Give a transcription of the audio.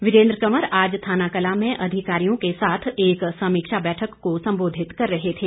वीरेन्द्र कंवर आज थानाकलां में अधिकारियों के साथ एक समीक्षा बैठक को संबोधित कर रहे थे